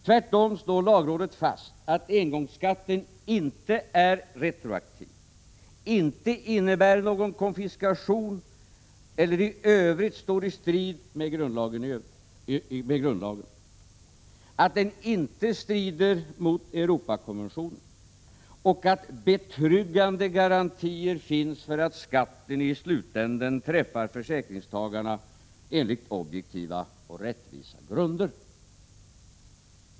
Tvärtom slår lagrådet fast att engångsskatten inte är retroaktiv, inte innebär någon konfiskation eller i Övrigt står i strid med grundlagen och inte strider mot Europakonventionen samt att betryggande garantier finns för att skatten i slutänden träffar försäkringstagarna enligt objektiva och rättvisa grunder.